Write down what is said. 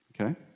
Okay